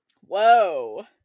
Whoa